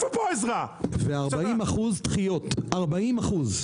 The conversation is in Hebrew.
ויש 40% דחיות.